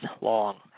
long